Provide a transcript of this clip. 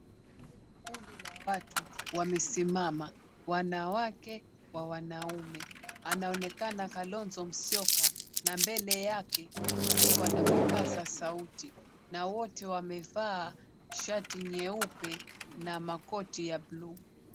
Jinsi la watu wamesimama wanawake kwa wanaume, anaonekana Kalonzo Musyoka na mbele yake kikiwa na vipasa sauti na wote wamevaa shati nyeupe na makoto ya bluu.